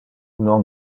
non